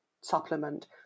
supplement